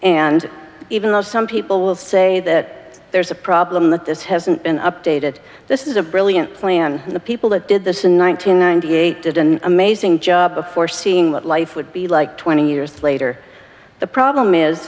and even though some people will say that there's a problem that this hasn't been updated this is a brilliant plan and the people that did this in one thousand nine hundred eight did an amazing job before seeing what life would be like twenty years later the problem is